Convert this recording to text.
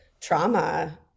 trauma